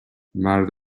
مرد